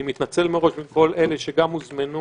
אני מתנצל מראש בפני כל אלה שגם הוזמנו